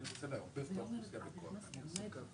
כל נושא הר הזיתים קשור למשרד מורשת?